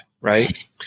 right